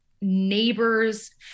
neighbors